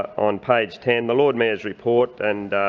on page ten, the lord mayor's report, and